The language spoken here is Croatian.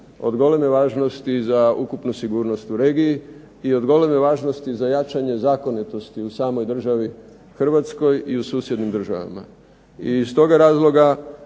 od goleme važnosti za ukupnu sigurnost u regiji i od goleme važnosti za jačanje zakonitosti u samoj državi Hrvatskoj i u susjednim državama. IZ toga razloga